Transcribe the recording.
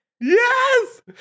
yes